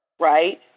right